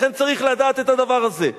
לכן, צריך לדעת את הדבר הזה.